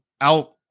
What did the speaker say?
out